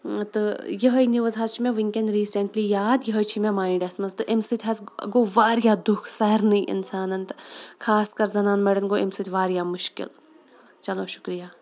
تہٕ یِہٕے نِوٕز حظ چھِ مےٚ وٕنکٮ۪ن ریٖسینٹلی یاد یِہٕے چھِ مےٚ مایِنٛڈَس منٛز تہٕ امہِ سۭتۍ حظ گوٚو واریاہ دُکھ سارنٕے اِنسانَن تہٕ خاص کَر زَنان مَڈٮ۪ن گوٚو امہِ سۭتۍ واریاہ مُشکل چلو شُکریہ